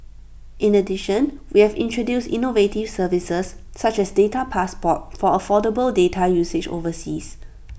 in addition we have introduced innovative services such as data passport for affordable data usage overseas